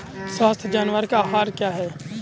स्वस्थ जानवर का आहार क्या है?